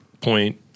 point